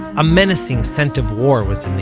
a menacing scent of war was in the